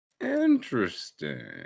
Interesting